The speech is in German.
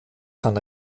kann